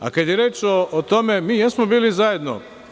Kada je reč o tome, mi jesmo bili zajedno.